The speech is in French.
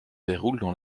déroulent